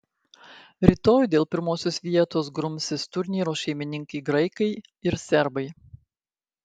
rytoj dėl pirmosios vietos grumsis turnyro šeimininkai graikai ir serbai